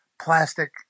plastic